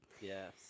Yes